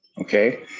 okay